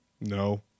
No